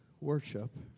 worship